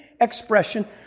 expression